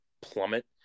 plummet